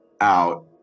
out